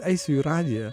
eisiu į radiją